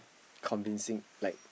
convincing like